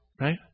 Right